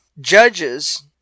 judges